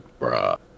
bruh